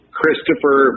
Christopher